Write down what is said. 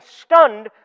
stunned